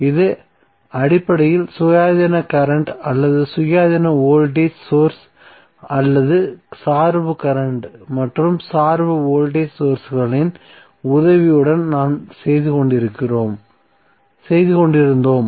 இது அடிப்படையில் சுயாதீன கரண்ட் அல்லது சுயாதீன வோல்டேஜ் சோர்ஸ் அல்லது சார்பு கரண்ட் மற்றும் சார்பு வோல்டேஜ் சோர்ஸ்களின் உதவியுடன் நாம் செய்து கொண்டிருந்தோம்